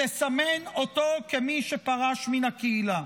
לסמן אותו כמי שפרש מן הקהילה.